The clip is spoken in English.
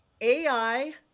AI